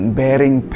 bearing